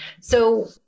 So-